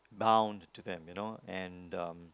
bound to them you know and um